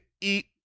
eat